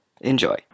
Enjoy